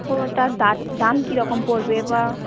ও তার দাম কীরকম পড়বে বা